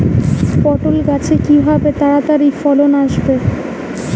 পটল গাছে কিভাবে তাড়াতাড়ি ফলন আসবে?